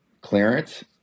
clearance